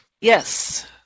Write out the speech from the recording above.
Yes